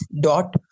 dot